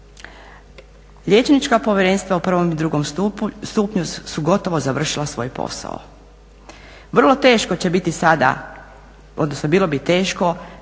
liječnička povjerenstva u prvom i drugom stupnju su gotovo završila svoj posao. Vrlo teško će biti sada, odnosno bilo bi teško